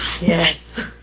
Yes